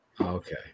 Okay